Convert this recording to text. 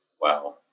wow